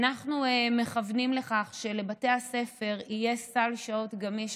אנחנו מתכוונים שלבתי הספר יהיה סל שעות גמיש